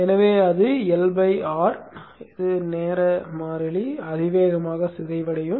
எனவே அது L by R நேர மாறிலி அதிவேகமாக சிதைவடையும்